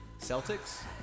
Celtics